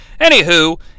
Anywho